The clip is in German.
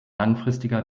langfristiger